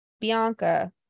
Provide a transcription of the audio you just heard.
Bianca